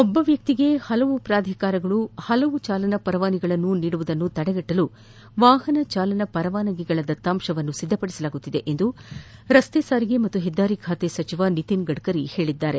ಒಬ್ಬ ವ್ಯಕ್ತಿಗೆ ಹಲವು ಪ್ರಾಧಿಕಾರಗಳು ಹಲವು ಚಾಲನಾ ಪರವಾನಗಿಗಳನ್ನು ನೀಡುವುದನ್ನು ತಡೆಯಲು ವಾಹನ ಚಾಲನ ಪರವಾನಗಿಗಳ ದತ್ತಾಂಶವನ್ನು ಸಿದ್ದಪದಿಸಲಾಗುತ್ತಿದೆ ಎಂದು ರಸ್ತೆ ಸಾರಿಗೆ ಮತ್ತು ಹೆದ್ದಾರಿ ಖಾತೆ ಸಚಿವ ನಿತಿನ್ ಗಡ್ಕರಿ ಹೇಳಿದ್ದಾರೆ